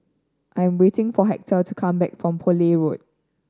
I'm waiting for Hector to come back from Poole Road